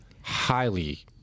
highly